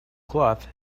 cloth